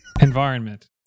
environment